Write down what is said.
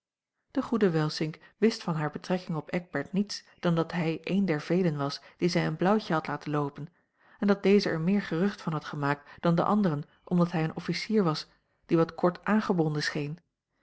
de goede welsink wist van hare betrekking op eckbert niets dan dat hij een der velen was die zij een blauwtje had laten loopen en dat deze er meer gerucht van had gemaakt dan de a l g bosboom-toussaint langs een omweg anderen omdat hij een officier was die wat kort aangebonden scheen